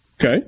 Okay